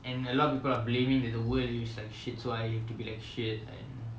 and a lot of people are blaming that the world is like shit so I have to be like shit and